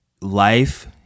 Life